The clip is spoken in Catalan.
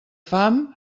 fam